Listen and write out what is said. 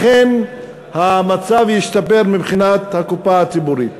אכן המצב ישתפר מבחינת הקופה הציבורית?